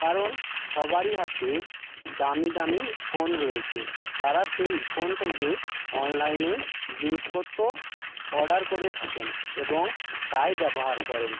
কারণ সবারই হাতে দামি দামি ফোন রয়েছে তারা সেই ফোন থেকে অনলাইনেই জিনিসপত্র অর্ডার করে থাকেন এবং তাই ব্যবহার করেন